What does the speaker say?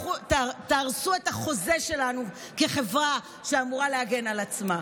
תהרסו את החוזה שלנו כחברה שאמורה להגן על עצמה.